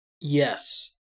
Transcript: Yes